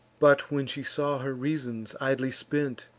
but when she saw her reasons idly spent,